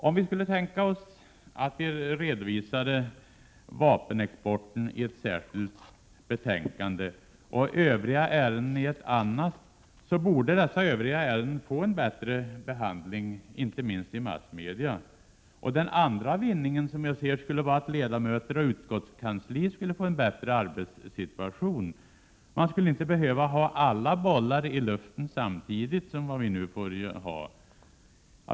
Om vi redovisade granskningen av vapenexporten i ett särskilt betänkande och de övriga ärendena i ett annat, borde dessa övriga ärenden få en bättre behandling, inte minst i massmedia. Den andra vinsten skulle, enligt min mening, bli att ledamöter och utskottskansli skulle få en bättre arbetssituation. Man skulle inte som nu behöva ha alla bollar i luften samtidigt.